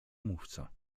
mówca